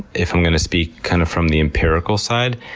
if i'm going to speak kind of from the empirical side,